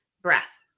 breath